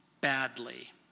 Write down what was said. badly